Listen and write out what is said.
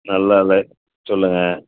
நல்லா லை சொல்லுங்கள்